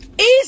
easy